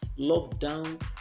lockdown